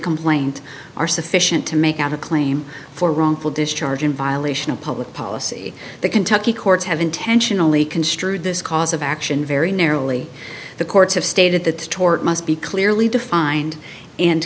complaint are sufficient to make out a claim for wrongful discharge in violation of public policy the kentucky courts have intentionally construed this cause of action very narrowly the courts have stated that the tort must be clearly defined and